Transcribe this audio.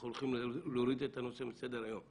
אנחנו הולכים להוריד את הנושא מסדר היום,